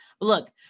look